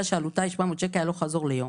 שעלותה היא 700 שקל הלוך-חזור ליום.